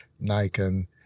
Nikon